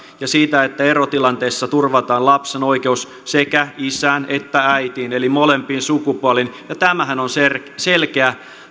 ja sitä että erotilanteissa turvataan lapsen oikeus sekä isään että äitiin eli molempiin sukupuoliin ja tämähän on selkeä